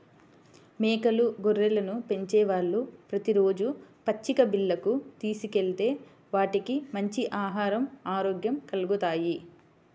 మేకలు, గొర్రెలను పెంచేవాళ్ళు ప్రతి రోజూ పచ్చిక బీల్లకు తీసుకెళ్తే వాటికి మంచి ఆహరం, ఆరోగ్యం కల్గుతాయి